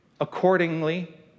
accordingly